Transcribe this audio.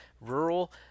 rural